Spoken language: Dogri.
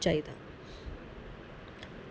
चाहिदा